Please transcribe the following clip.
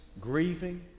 grieving